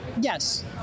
yes